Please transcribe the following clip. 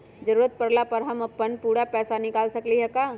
जरूरत परला पर हम अपन पूरा पैसा निकाल सकली ह का?